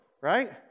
right